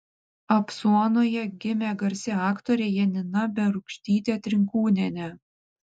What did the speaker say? apsuonoje gimė garsi aktorė janina berūkštytė trinkūnienė